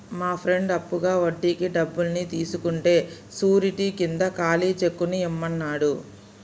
మా ఫ్రెండు అప్పుగా వడ్డీకి డబ్బుల్ని తీసుకుంటే శూరిటీ కింద ఖాళీ చెక్కుని ఇమ్మన్నాడు